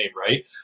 right